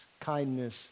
kindness